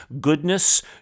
goodness